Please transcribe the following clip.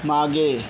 मागे